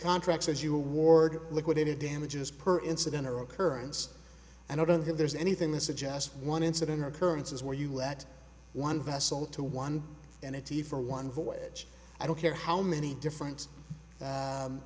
contract says you ward liquidated damages per incident or occurrence and i don't think there's anything that suggests one incident or occurrences where you let one vessel to one and it's easy for one voyage i don't care how many different